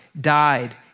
died